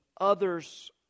others